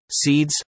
seeds